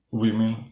women